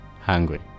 hungry